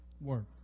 Work